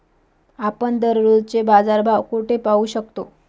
आपण दररोजचे बाजारभाव कोठे पाहू शकतो?